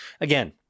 again